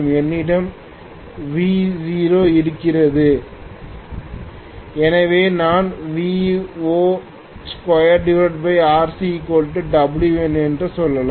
என்னிடம் Vo இருக்கிறது எனவே நான் v02RcWn என்று சொல்லலாம்